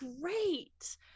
great